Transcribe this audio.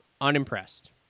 unimpressed